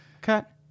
cut